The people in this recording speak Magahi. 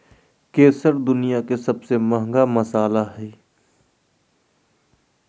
केसर दुनिया के सबसे महंगा मसाला हइ